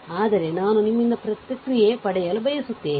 ಆದರೆ ನಾನು ನಿಮ್ಮಿಂದ ಪ್ರತಿಕ್ರಿಯೆ ಪಡೆಯಲು ಬಯಸುತ್ತೇನೆ